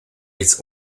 its